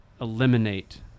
eliminate